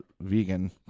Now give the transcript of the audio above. vegan